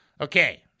Okay